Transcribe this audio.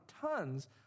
tons